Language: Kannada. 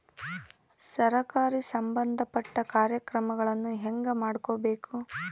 ಸರಕಾರಿ ಸಂಬಂಧಪಟ್ಟ ಕಾರ್ಯಕ್ರಮಗಳನ್ನು ಹೆಂಗ ಪಡ್ಕೊಬೇಕು?